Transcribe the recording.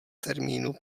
termínu